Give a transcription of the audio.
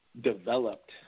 developed